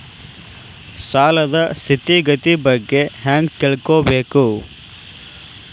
ಸಾಲದ್ ಸ್ಥಿತಿಗತಿ ಬಗ್ಗೆ ಹೆಂಗ್ ತಿಳ್ಕೊಬೇಕು?